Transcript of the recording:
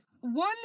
one